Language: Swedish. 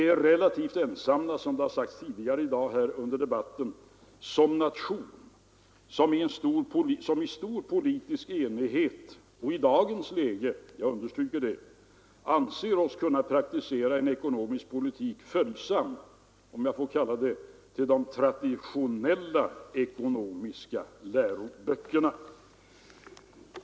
Som det har sagts under debatten tidigare i dag är vi som nation relativt ensamma om att i stor politisk enighet anse oss i dagens läge — jag understryker det — kunna praktisera en ekonomisk politik som är följsam gentemot de traditionella ekonomiska läroböckerna.